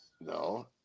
No